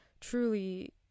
truly